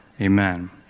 Amen